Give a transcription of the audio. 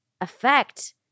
affect